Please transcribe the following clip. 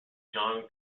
john